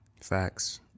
Facts